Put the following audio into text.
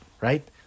right